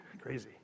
crazy